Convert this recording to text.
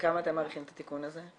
כמה אתם מעריכים את התיקון הזה?